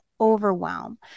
overwhelm